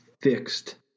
fixed